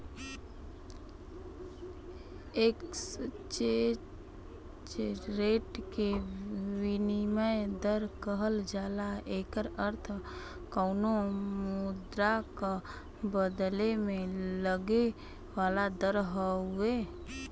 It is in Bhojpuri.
एक्सचेंज रेट के विनिमय दर कहल जाला एकर अर्थ कउनो मुद्रा क बदले में लगे वाला दर हउवे